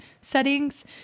settings